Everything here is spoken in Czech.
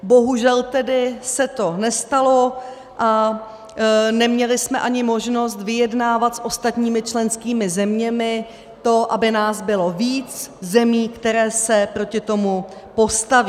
Bohužel tedy se to nestalo a neměli jsme ani možnost vyjednávat s ostatními členskými zeměmi to, aby nás bylo víc zemí, které se proti tomu postaví.